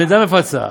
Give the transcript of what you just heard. המדינה מפצה.